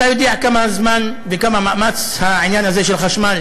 אתה יודע כמה זמן וכמה מאמץ העניין הזה של החשמל